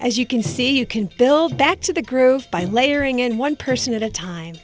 as you can see you can build back to the groove by layering in one person at a time